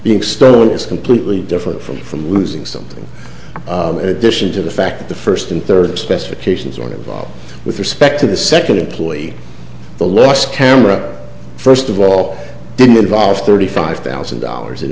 being stolen is completely different from from losing something addition to the fact that the first and third specifications are involved with respect to the second employee the last camera first of all didn't involve thirty five thousand